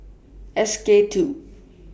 S K two